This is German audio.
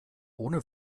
ohne